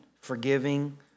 forgiving